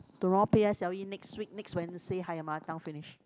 tomorrow p_s_l_e next week next Wednesday higher mother tongue finish